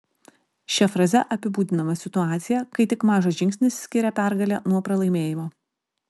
šia fraze apibūdinama situacija kai tik mažas žingsnis skiria pergalę nuo pralaimėjimo